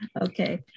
okay